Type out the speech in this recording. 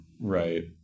right